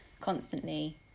constantly